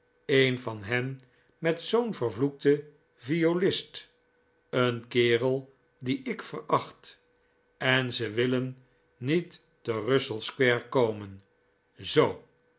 een van hen met zoo'n vervloekten violist een kerel dien ik veracht en ze willen niet te russell square komen zoo